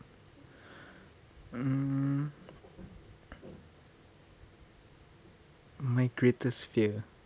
hmm my greatest fear